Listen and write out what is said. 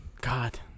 God